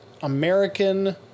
American